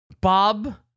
Bob